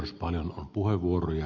arvoisa puhemies